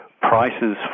prices